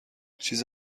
چیز